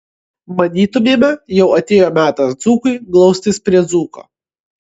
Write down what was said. manytumėme jau atėjo metas dzūkui glaustis prie dzūko